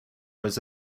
was